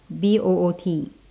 B O O T